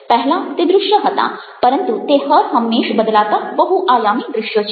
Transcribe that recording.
પહેલાં તે દ્રશ્ય હતાં પરંતુ તે હરહંમેશ બદલાતા બહુઆયામી દ્રશ્યો છે